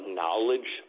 knowledge